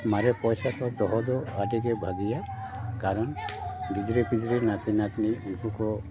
ᱢᱟᱨᱮ ᱯᱚᱭᱥᱟ ᱠᱚ ᱫᱚᱦᱚ ᱫᱚ ᱟᱹᱰᱤᱜᱮ ᱵᱷᱟᱹᱜᱮᱭᱟ ᱠᱟᱨᱚᱱ ᱜᱤᱫᱽᱨᱟᱹ ᱯᱤᱫᱽᱨᱟᱹ ᱱᱟᱹᱛᱤ ᱱᱟᱹᱛᱱᱤ ᱩᱱᱠᱩ ᱠᱚ